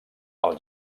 els